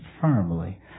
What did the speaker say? firmly